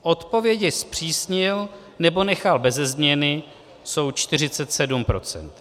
Odpovědi zpřísnil nebo nechal beze změny jsou 47 %.